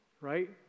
right